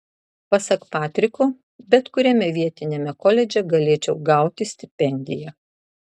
pasak patriko bet kuriame vietiniame koledže galėčiau gauti stipendiją